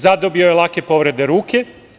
Zadobio je lake povrede ruke.